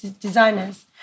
designers